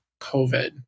COVID